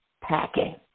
packing